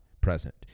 present